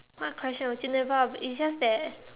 what question would you never it's just that